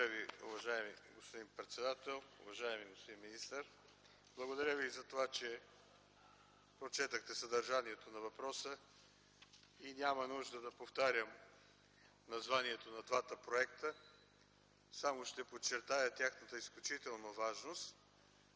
Благодаря Ви. Уважаеми господин министър, уважаеми господин председател, благодаря Ви за това, че прочетохте съдържанието на въпроса и няма нужда да повтарям названието на двата проекта. Само ще подчертая тяхната изключителна важност